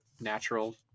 natural